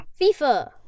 FIFA